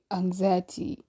anxiety